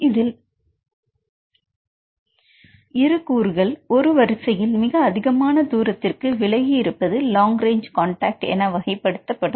இதில் இரு கூறுகள் ஒரு வரிசையில் மிக அதிகமான தூரத்திற்கு விலகி இருப்பது லாங் ரேஞ்சு கான்டக்ட் என வகைப்படுத்தப்படும்